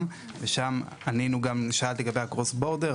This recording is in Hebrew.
ושאלת גם לגבי cross border.